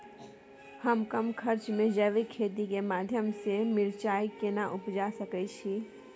हम कम खर्च में जैविक खेती के माध्यम से मिर्चाय केना उपजा सकेत छी?